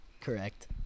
Correct